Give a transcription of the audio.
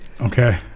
Okay